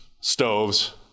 stoves